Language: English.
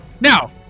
Now